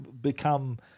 become –